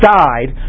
died